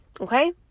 Okay